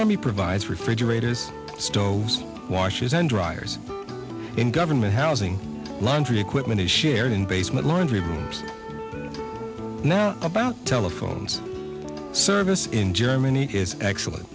army provides refrigerators stoves washes and dryers in government housing laundry equipment is shared in basement laundry now about telephone service in germany is excellent